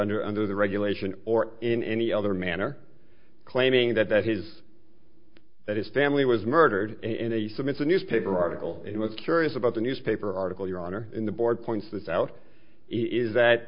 under under the regulation or in any other manner claiming that he was that his family was murdered in a some it's a newspaper article it was curious about the newspaper article your honor in the board points this out is that